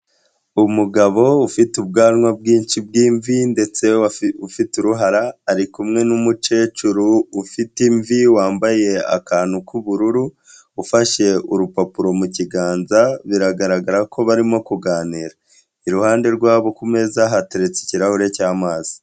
Umugabo ufite ubwanwa bwinshi bw'imvi ndetse ufite uruhara ari kumwe n'umukecuru ufite imvi wambaye akantu k'ubururu, ufashe urupapuro mu kiganza biragaragara ko barimo kuganira, iruhande rwabo ku meza hateretse ikirahure cy'amazi.